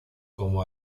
como